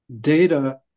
data